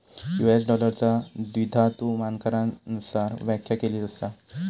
US डॉलरचा द्विधातु मानकांनुसार व्याख्या केली असा